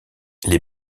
les